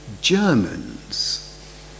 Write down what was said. Germans